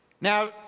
Now